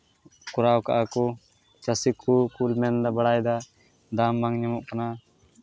ᱠᱚᱨᱟᱣ ᱠᱟᱜᱼᱟ ᱠᱚ ᱪᱟᱹᱥᱤ ᱠᱚᱠᱚ ᱢᱮᱱ ᱵᱟᱲᱟᱭᱫᱟ ᱫᱟᱢ ᱵᱟᱝ ᱧᱟᱢᱚᱜ ᱠᱟᱱᱟ